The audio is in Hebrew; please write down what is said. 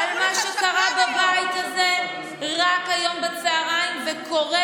על מה שקרה בבית הזה רק היום בצוהריים וקורה